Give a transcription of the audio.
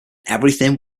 everything